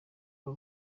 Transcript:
aba